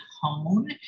hone